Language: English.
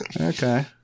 Okay